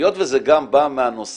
היות שזה גם בא מהנושא